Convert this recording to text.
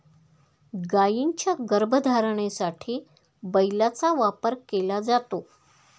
गायींच्या गर्भधारणेसाठी बैलाचा वापर केला जातो